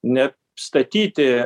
ne statyti